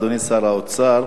אדוני שר האוצר,